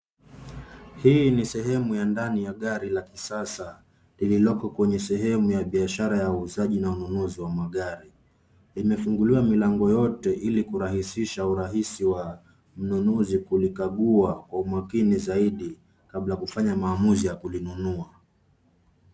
Hii ni sehemu ya ndani ya gari la kisasa lililoko kwenye sehemu ya biashara ya uuzaji na ununuzi wa magari. Limefunguliwa milango yote ili kurahisisha urahisi wa mnunuzi kulikagua kwa umakini zaidi kabla ya kufanya maamuzi ya kulinunua.